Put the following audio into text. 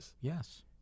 Yes